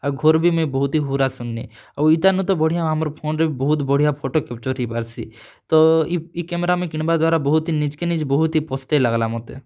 ଆଉ ଘରୁ ବି ମୁଁଇଁ ବହୁତ ହି ହୁରା ଶୁଣନି ଆଉ ଇଟା ନୁଁ ତ ବଢ଼ିଆ ଆମର ଫୋନରେ ବି ବହୁତ ବଢ଼ିଆ ଫୋଟୋ କ୍ୟାପଚର୍ ହେଇପାରସି ତ ଏଇ ଏଇ କ୍ୟାମରା ମୁଇଁ କିଣିବା ଦ୍ୱାରା ବହୁତ ହି ନିଜକେ ନିଜ୍ ବହୁତ ହି ପସ୍ତେଇ ଲାଗଲା ମତେ